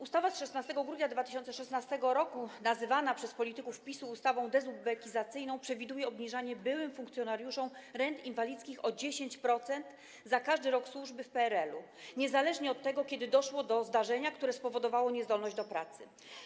Ustawa z 16 grudnia 2016 r. nazywana przez polityków PiS ustawą dezubekizacyjną przewiduje obniżanie byłym funkcjonariuszom rent inwalidzkich o 10% za każdy rok służby w PRL-u, niezależnie od tego, kiedy doszło do zdarzenia, które spowodowało niezdolność do pracy.